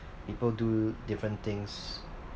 people do different things